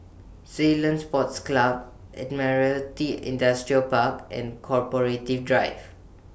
Ceylon Sports Club Admiralty Industrial Park and corporative Drive